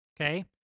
Okay